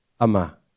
Ama